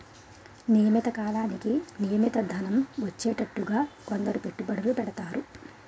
నియమిత కాలానికి నియమిత ధనం వచ్చేటట్టుగా కొందరు పెట్టుబడులు పెడతారు